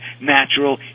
natural